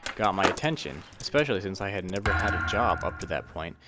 got my attention, especially since i had never had a job up to that point,